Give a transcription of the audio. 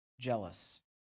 jealous